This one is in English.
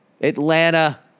Atlanta